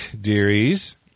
dearies